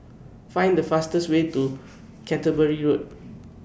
Find The fastest Way to Canterbury Road